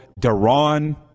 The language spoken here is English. Deron